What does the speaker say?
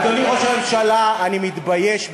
אדוני ראש הממשלה, אני מתבייש בך,